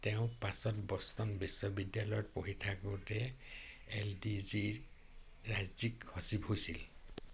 তেওঁ পাছত বষ্টন বিশ্ববিদ্যালয়ত পঢ়ি থাকোতে এল ডি জি ৰ ৰাজ্যিক সচিব হৈছিল